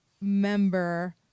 member